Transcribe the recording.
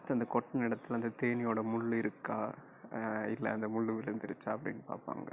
first அந்த கொட்டின இடத்துல அந்த தேனீயோட முள் இருக்கா இல்லை அந்த முள் விழுந்துடுச்சா அப்படின்னு பார்ப்பாங்க